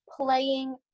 playing